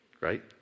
Right